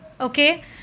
okay